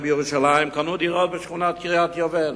בירושלים קנו דירה בשכונת קריית-יובל.